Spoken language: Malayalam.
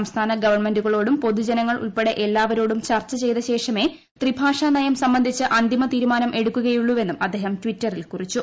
സംസ്ഥാന ഗവൺമെന്റുകളോടും പൊതുജനങ്ങൾഉൾപ്പെടെ എല്ലാവരോടും ചർച്ച ചെയ്തശേഷമേ ത്രിഭാഷാനയം സംബന്ധിച്ച് അന്തിമ തീരുമാനം എടുക്കുകയുളളൂവെന്നും അദ്ദേഹം ടിറ്ററിൽ കുറിച്ചു